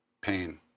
pain